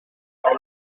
par